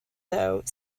though